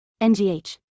NGH